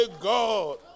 God